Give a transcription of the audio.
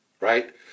right